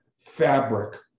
fabric